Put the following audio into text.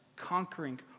conquering